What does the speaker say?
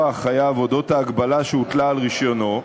החייב על ההגבלה שהוטלה על רישיונו,